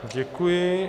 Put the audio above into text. Děkuji.